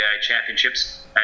championships